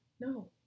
no